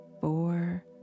four